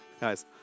Guys